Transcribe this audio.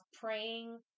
praying